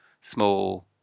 small